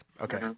okay